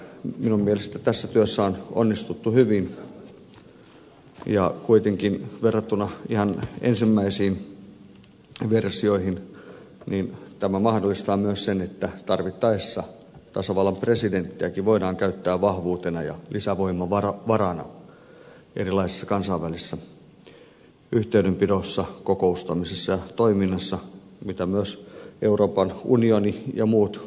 minun mielestäni tässä työssä on onnistuttu hyvin ja kuitenkin verrattuna ihan ensimmäisiin versioihin tämä mahdollistaa myös sen että tarvittaessa tasavallan presidenttiäkin voidaan käyttää vahvuutena ja lisävoimavarana erilaisissa kansainvälisissä yhteydenpidoissa kokoustamisessa ja toiminnassa mitä myös euroopan unioni ja muut maat tekevät